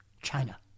China